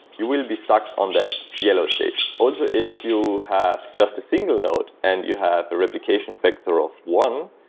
you will be stuck on that yellow state. also, if you have just a single node and you have the replication factor of of one,